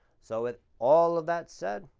so with all of that said,